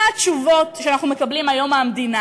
מה התשובות שאנחנו מקבלים היום מהמדינה?